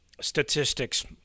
statistics